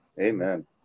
Amen